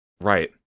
Right